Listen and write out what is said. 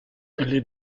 les